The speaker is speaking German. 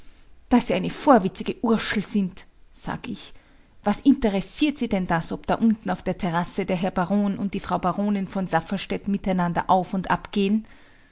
daß sie eine vorwitzige urschel sind sag ich was interessiert sie denn das ob da unten auf der terrasse der herr baron und die frau baronin von sasserstätt miteinander auf und